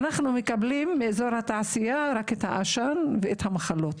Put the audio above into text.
אנחנו מקבלים מאזור התעשייה רק את העשן ואת המחלות.